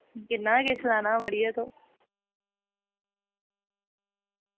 किन्ना किश लैना मड़िये तोह्